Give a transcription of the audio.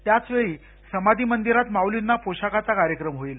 त्याचवेळी समाधी मंदिरात माउलींना पोशाखाचा कार्यक्रम होईल